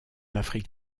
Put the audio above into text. afrique